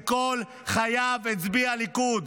שכל חייו הצביע ליכוד.